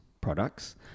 products